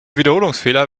wiederholungsfehler